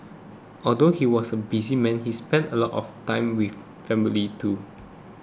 although he was a busy man he spent a lot of time with family too